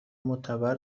معتبر